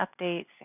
updates